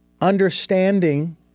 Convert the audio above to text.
understanding